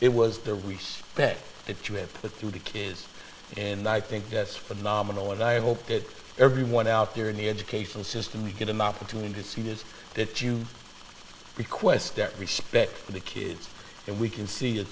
it was the respect that you have put through the kids in i think that's phenomenal and i hope that everyone out there in the educational system you get an opportunity to see is that you request that respect for the kids and we can see a